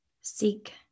seek